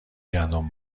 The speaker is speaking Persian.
گندم